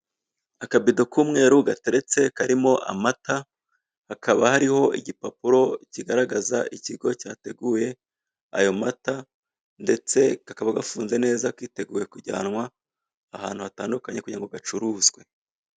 Akabido k'umweru gateretse karimo amata, hakaba hariho igipapuro kigaragaza ikigo cyateguye ayo mata; ndetse kakaba gafunze neza, kiteguye kujyanwa ahantu hatandukanye kugira ngo gacuruzwe.